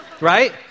Right